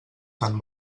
tan